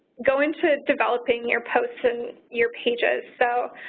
go into developing your posts and your pages. so,